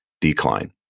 decline